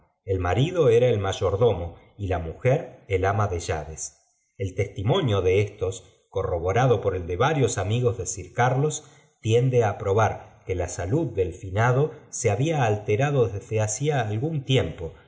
el marido era el mayordomo y la mujer el ama de llav s el testimonio l corroborado por el de varios amigos de sir carlos tiende á probar que la salud del fi nado se había alterado desde hacía algún tiemp